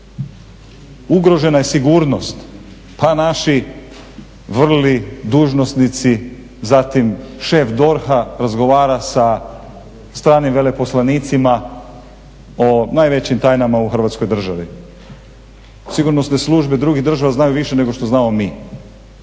Ugrožena je sigurnost, pa naši vrli dužnosnici, zatim šef DORH-a razgovara sa stranim veleposlanicima o najvećim tajnama u hrvatskoj državi, sigurnosne službi drugih država znaju više nego što znamo mi.